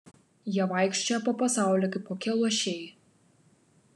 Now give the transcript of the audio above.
jie vaikščioja po pasaulį kaip kokie luošiai